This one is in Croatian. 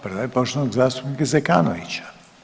Prva je poštovanog zastupnika Zekanovića.